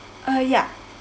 uh ya